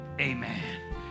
Amen